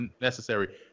necessary